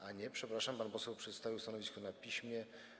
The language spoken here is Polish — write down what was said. A nie, przepraszam, pan poseł przedstawił stanowisko na piśmie.